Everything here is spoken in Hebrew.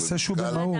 זה נושא שהוא במהות.